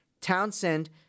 Townsend